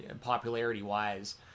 popularity-wise